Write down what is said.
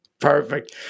Perfect